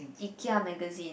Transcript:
Ikea magazine